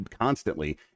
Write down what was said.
constantly